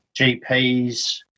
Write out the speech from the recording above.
GPs